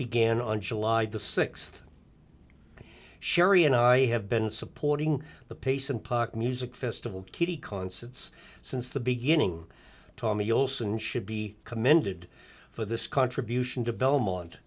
began on july the sixth and sherry and i have been supporting the pace and pock music festival key concerts since the beginning tommy olsen should be commended for this contribution to belmont